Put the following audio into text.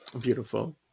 Beautiful